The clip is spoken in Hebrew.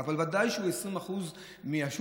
אבל ודאי שהוא 20% מהשוק,